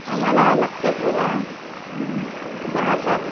आम्हाला लागते बघा दहा पॅक